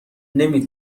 نمی